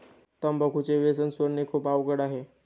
तंबाखूचे व्यसन सोडणे खूप अवघड आहे